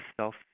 self